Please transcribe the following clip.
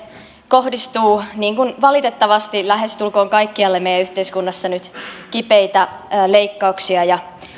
kohdistuu niin kuin valitettavasti lähestulkoon kaikkialle meidän yhteiskunnassa nyt kipeitä leikkauksia ja